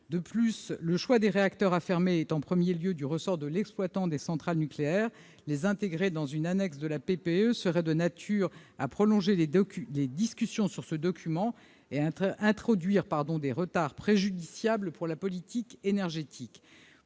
De plus, le choix des réacteurs à fermer est d'abord du ressort de l'exploitant des centrales nucléaires. Les désigner dans une annexe à la PPE serait de nature à prolonger les discussions sur ce document et à introduire des retards préjudiciables pour la politique énergétique.